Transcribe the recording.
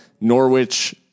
Norwich